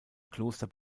kloster